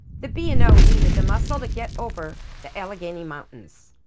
the b and o needed the muscle to get over the allegheny mountains.